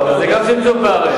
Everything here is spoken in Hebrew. אבל זה גם צמצום פערים.